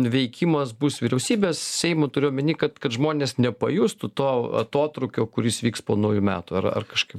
veikimas bus vyriausybės seimo turiu omeny kad kad žmonės nepajustų to atotrūkio kuris vyks po naujų metų ar kažkaip